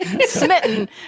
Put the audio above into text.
Smitten